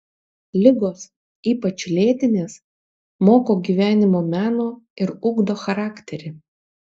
ligos ypač lėtinės moko gyvenimo meno ir ugdo charakterį